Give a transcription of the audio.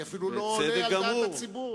כי אפילו לא עולה על דעת הציבור.